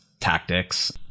tactics